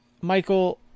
Michael